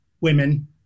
women